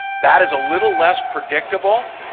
that is a little less predictable,